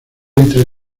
entre